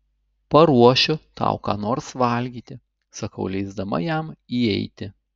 paruošiu tau ką nors valgyti sakau leisdama jam įeiti